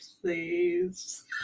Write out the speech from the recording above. please